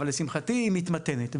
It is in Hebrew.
אבל לשמחתי היא מתמתנת.